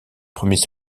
premiers